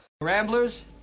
Ramblers